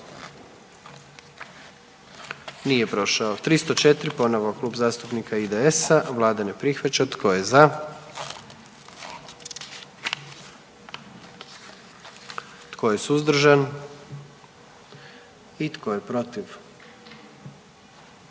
dio zakona. 44. Kluba zastupnika SDP-a, vlada ne prihvaća. Tko je za? Tko je suzdržan? Tko je protiv?